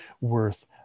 worth